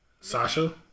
Sasha